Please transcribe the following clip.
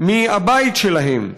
מהבית שלהם.